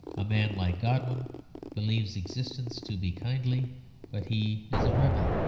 a man like godwin believes existence to be kindly but he is a rebel.